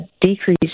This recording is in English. decrease